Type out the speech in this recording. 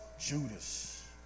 Judas